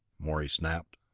morey snapped.